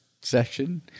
session